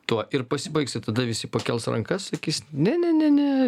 tuo ir pasibaigs ir tada visi pakels rankas sakys ne ne ne ne